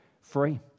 free